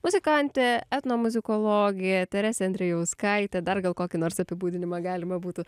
muzikantė etnomuzikologė teresė andrijauskaitė dar gal kokį nors apibūdinimą galima būtų